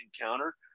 encounter